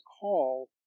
call